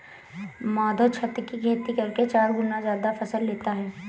माधव छत की खेती करके चार गुना ज्यादा फसल लेता है